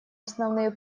основные